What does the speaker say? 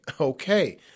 okay